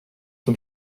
zum